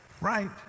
Right